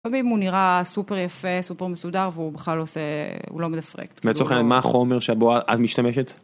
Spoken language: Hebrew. פעמים הוא נראה סופר יפה, סופר מסודר, והוא בכלל עושה... הוא לא מתפקד. לצורך העניין, מה החומר שבו את משתמשת?